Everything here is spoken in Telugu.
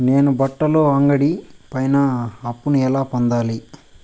నేను బట్టల అంగడి పైన అప్పును ఎలా పొందాలి?